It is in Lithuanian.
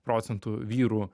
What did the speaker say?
procentų vyrų